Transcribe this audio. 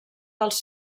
dels